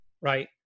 right